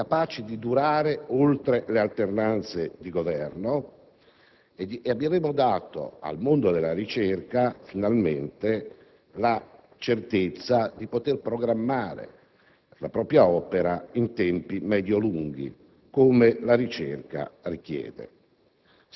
capaci di durare oltre le alternanze di Governo e avremo dato al mondo della ricerca la certezza di poter programmare la propria opera in tempi medio-lunghi, come la ricerca richiede.